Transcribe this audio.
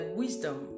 wisdom